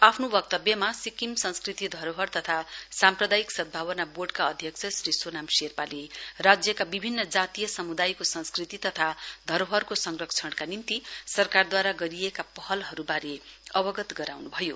आफ्नो वक्तव्यमा सिक्किम संस्कृतिधरोहर तथा साम्प्रदायिक सद्भावना बोर्डका अध्यक्ष श्री सोनाम शेर्पाले राज्यका विभिन्न जातिय समूदायको संस्कृति तथा धरोहरुको संरक्षणका निम्ति सरकारदूवारा गरिएका पहलहरुवारे अवगत गराउन् भयो